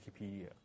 Wikipedia